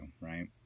right